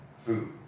Food